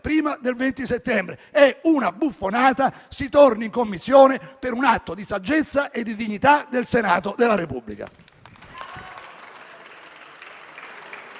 prima del 20 settembre è una buffonata: si torni in Commissione, per un atto di saggezza e di dignità del Senato della Repubblica.